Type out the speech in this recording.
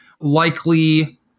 likely